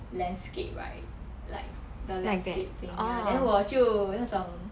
landscape right like the landscape thing ya then 我就那种